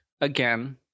again